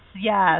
Yes